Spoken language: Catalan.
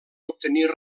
obtenir